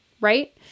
right